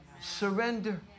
Surrender